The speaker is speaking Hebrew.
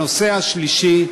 הנושא השלישי,